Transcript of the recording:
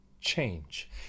change